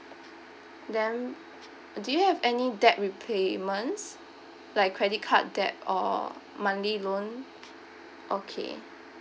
then do you have any debt repayments like credit card debt or monthly loan okay